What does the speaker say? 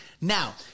Now